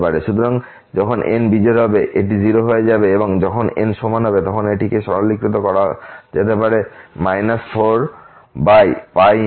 সুতরাং যখন n বিজোড় হবে এটি 0 হয়ে যাবে এবং যখন n সমান হবে তখন এটিকে সরলীকৃত করা যেতে পারে 4π হিসেবে